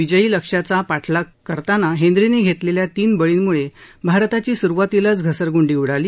विजयी लक्ष्याचा पाठलाग करताना हेनरीनं घेतलेल्या तीन बळींमुळे भारताची सुरुवातीलाच घसरगुंडी उडाली